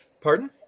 Pardon